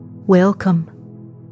Welcome